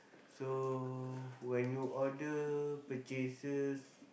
so when you order purchases